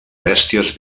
bèsties